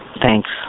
Thanks